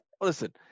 Listen